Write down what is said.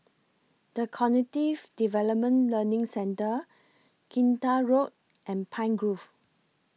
The Cognitive Development Learning Centre Kinta Road and Pine Grove